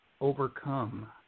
overcome